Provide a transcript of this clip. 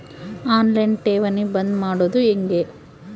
On line ಠೇವಣಿ ಬಂದ್ ಮಾಡೋದು ಹೆಂಗೆ?